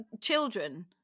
children